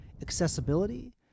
accessibility